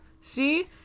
see